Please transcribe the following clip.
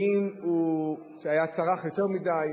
האם הוא צרך יותר מדי,